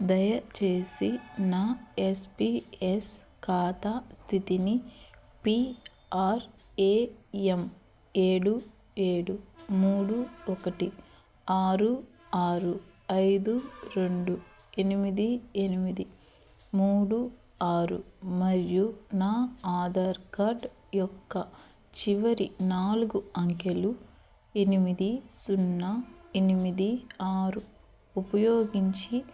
దయచేసి నా S P S ఖాతా స్థితిని పీ ఆర్ ఏ ఎం ఏడు ఏడు మూడు ఒకటి ఆరు ఆరు ఐదు రెండు ఎనిమిది ఎనిమిది మూడు ఆరు మరియు నా ఆధార్ కార్డ్ యొక్క చివరి నాలుగు అంకెలు ఎనిమిది సున్నా ఎనిమిది ఆరు